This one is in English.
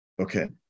Okay